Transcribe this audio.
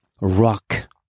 rock